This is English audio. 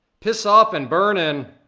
piss off and burn in.